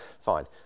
Fine